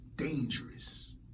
Dangerous